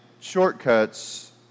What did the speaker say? shortcuts